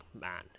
man